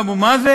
מול אבו מאזן,